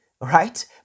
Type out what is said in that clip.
right